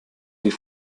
die